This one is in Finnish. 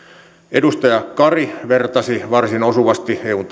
edustaja kari vertasi varsin osuvasti eun